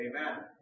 Amen